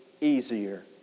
easier